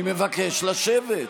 אני מבקש לשבת.